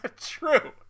true